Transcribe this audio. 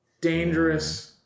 Dangerous